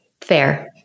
Fair